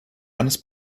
eines